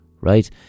right